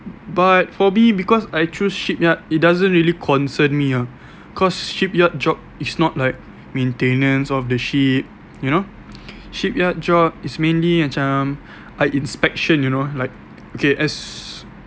but for me because I choose shipyard it doesn't really concern me ah cause shipyard job it's not like maintenance of the ship you know shipyard job is mainly macam like inspection you know like okay as